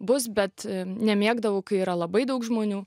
bus bet nemėgdavau kai yra labai daug žmonių